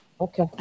Okay